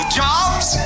jobs